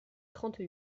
trente